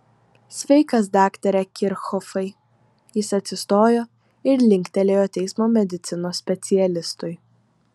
sveikas daktare kirchhofai jis atsistojo ir linktelėjo teismo medicinos specialistui